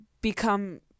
become